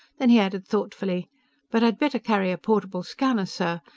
then he added thoughtfully but i'd better carry a portable scanner, sir.